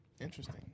Interesting